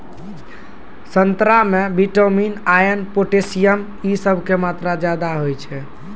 संतरा मे vitamin, iron, potassium इ सभ के मात्रा ज्यादा होय छै